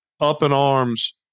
up-in-arms